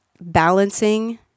Balancing